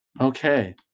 Okay